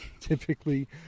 typically